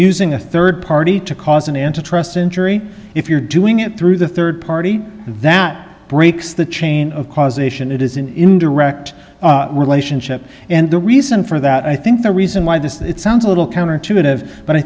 using a rd party to cause an antitrust injury if you're doing it through the rd party that breaks the chain of causation it is an indirect relationship and the reason for that i think the reason why this sounds a little counterintuitive but i